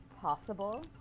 possible